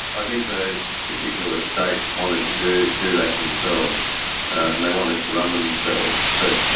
i think those particular states wanted to do do that themselves and they wanted to run them themselves. but